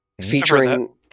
Featuring